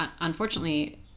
unfortunately